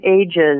ages